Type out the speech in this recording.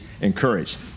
encouraged